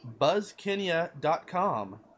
buzzkenya.com